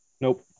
Nope